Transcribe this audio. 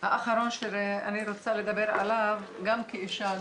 האחרון שאני רוצה לדבר עליו גם כאישה,